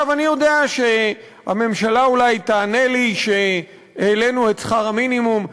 אני יודע שהממשלה אולי תענה לי שהעלינו את שכר המינימום.